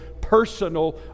personal